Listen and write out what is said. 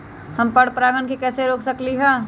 हम पर परागण के कैसे रोक सकली ह?